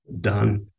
done